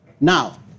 Now